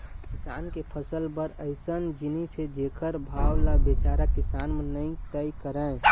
किसान के फसल भर ह अइसन जिनिस हे जेखर भाव ल बिचारा किसान मन नइ तय करय